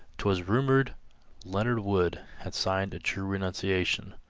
twas rumored leonard wood had signed a true renunciation